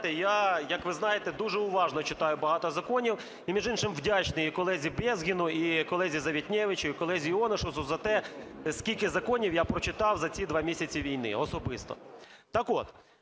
я, як ви знаєте, дуже уважно читаю багато законів. І, між іншим, вдячний колезі Безгіну і колезі Завітневичу, і колезі Іонушасу за те, скільки законів я прочитав за ці два місяці війни особисто.